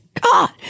God